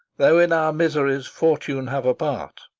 though in our miseries fortune have a part,